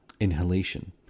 inhalation